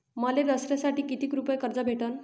मले दसऱ्यासाठी कितीक रुपये कर्ज भेटन?